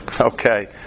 Okay